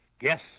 yes